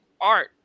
art